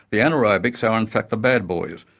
the anaerobics are in fact the bad boys,